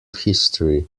history